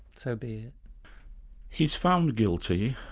so be he's found guilty.